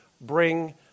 bring